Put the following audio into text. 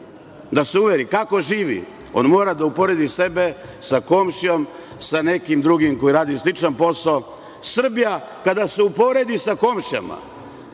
da se uveri kako živi, on mora da uporedi sebe sa komšijom, sa nekim drugim koji radi sličan posao. Srbija kada se uporedi sa komšijama,